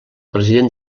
president